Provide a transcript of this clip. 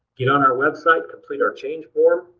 get on our website, complete our change form,